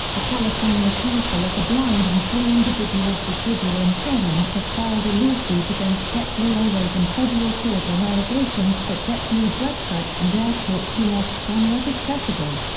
the california council of the blind and three individuals with visual impairments have filed a lawsuit against jetblue airways in federal court on allegations that jetblue's website and airport kiosks are not accessible.